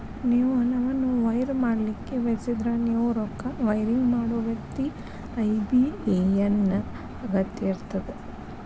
ನೇವು ಹಣವನ್ನು ವೈರ್ ಮಾಡಲಿಕ್ಕೆ ಬಯಸಿದ್ರ ನೇವು ರೊಕ್ಕನ ವೈರಿಂಗ್ ಮಾಡೋ ವ್ಯಕ್ತಿ ಐ.ಬಿ.ಎ.ಎನ್ ನ ಅಗತ್ಯ ಇರ್ತದ